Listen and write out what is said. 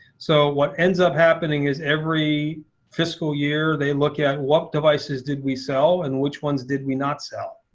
so what ends up happening is every fiscal year they look at what devices did we sell and which ones did we not sell.